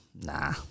Nah